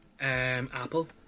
Apple